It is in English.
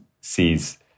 sees